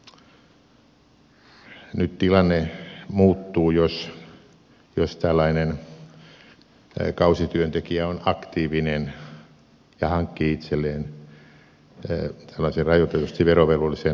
nyt tilanne muuttuu jos tällainen kausityöntekijä on aktiivinen ja hankkii itselleen tällaisen rajoitetusti verovelvollisen verokortin